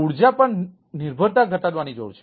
ઊર્જા પર નિર્ભરતા ઘટાડવાની જરૂર છે